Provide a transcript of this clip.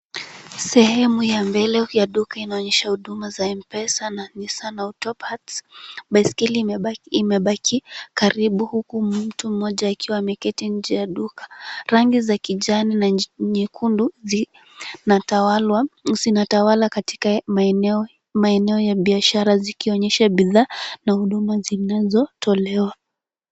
Sehemu ya mbele ya duka inaonyesha huduma za M-Pesa na Nisan autoparts . Baiskeli imebaki karibu huku mtu mmoja akiwa ameketi nje ya duka. Rangi za kijani na nyekundu zinatawala katika maeneo ya biashara zikionyesha bidhaa na huduma zinazotolewa.